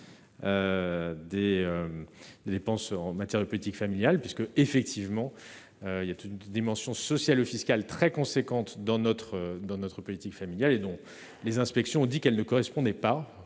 des dépenses en matière de politique familiale, puisque effectivement il y a une dimension sociale, fiscale très conséquente dans notre dans notre politique familiale et non les inspections ont dit qu'elle ne correspondait pas